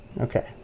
Okay